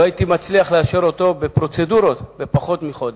לא הייתי מצליח לאשר אותו בפרוצדורות בפחות מחודש.